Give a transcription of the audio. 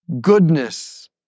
goodness